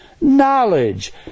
knowledge